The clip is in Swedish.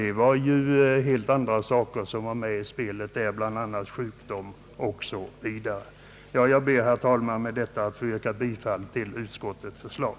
Det var helt andra saker, bl.a. sjukdom, med i spelet. Jag ber, herr talman, att med detta få yrka bifall till utskottets förslag.